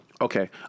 Okay